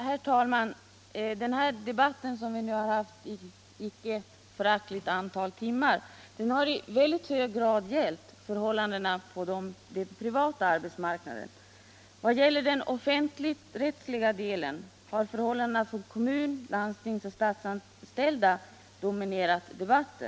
Herr talman! Den debatt som vi nu har fört i ett icke föraktligt antal timmar har i mycket hög grad gällt förhållandena på den privata arbetsmarknaden. Vad angår den offentligrättsliga delen har förhållandena för kommun-, landstingsoch statsanställda dominerat debatten.